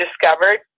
discovered